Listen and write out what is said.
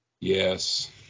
yes